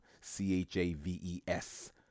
C-H-A-V-E-S